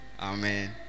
Amen